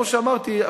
כמו שאמרתי,